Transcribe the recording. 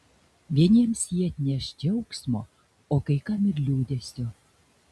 vieniems jie atneš džiaugsmo o kai kam ir liūdesio